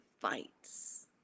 fights